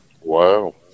Wow